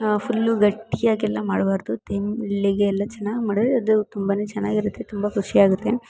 full ಗಟ್ಟಿಯಾಗೆಲ್ಲ ಮಾಡಬಾರ್ದು ತೆಳ್ಳಗೆ ಎಲ್ಲ ಚೆನ್ನಾಗಿ ಮಾಡಿದ್ರೆ ಅದು ತುಂಬಾ ಚೆನ್ನಾಗಿರುತ್ತೆ ತುಂಬ ಖುಷಿಯಾಗುತ್ತೆ